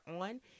on